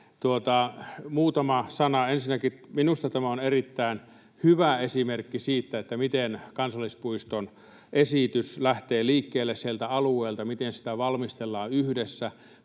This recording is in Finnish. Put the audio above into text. Muutama sana. Ensinnäkin minusta tämä on erittäin hyvä esimerkki siitä, miten kansallispuistoesitys lähtee liikkeelle sieltä alueelta, miten sitä valmistellaan yhdessä,